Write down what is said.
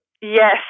Yes